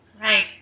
Right